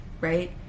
right